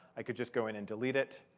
i could just go in and delete it.